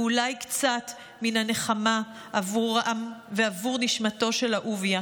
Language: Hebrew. ואולי קצת מן הנחמה עבורם ועבור נשמתו של אהוביה.